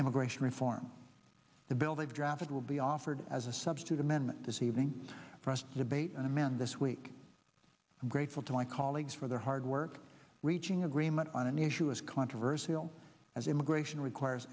immigration reform the bill they've drafted will be offered as a substitute amendment this evening for us to debate and amend this week i'm grateful to my colleagues for their hard work reaching agreement on an issue as controversial as immigration requires